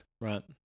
Right